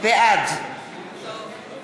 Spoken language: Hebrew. בעד